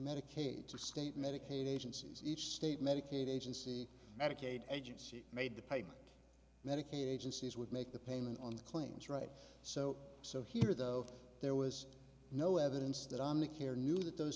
medicaid state medicaid agencies each state medicaid agency medicaid agency made the paid medicaid agencies would make the payment on the claims right so so here though there was no evidence that on the care knew that those